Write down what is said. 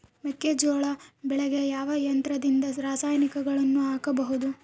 ಮೆಕ್ಕೆಜೋಳ ಬೆಳೆಗೆ ಯಾವ ಯಂತ್ರದಿಂದ ರಾಸಾಯನಿಕಗಳನ್ನು ಹಾಕಬಹುದು?